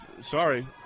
sorry